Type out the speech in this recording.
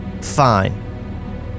fine